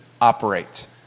operate